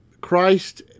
Christ